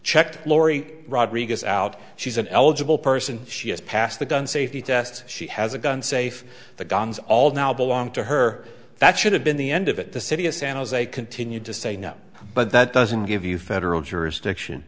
checked laurie rodriguez out she's an eligible person she has passed the gun safety test she has a gun safe the guns all now belong to her that should have been the end of it the city of san jose continued to say no but that doesn't give you federal jurisdiction